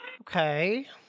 Okay